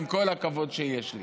עם כל הכבוד שיש לי.